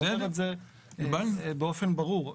אני אומר את זה באופן ברור.